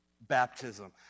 baptism